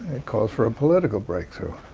it calls for a political breakthrough.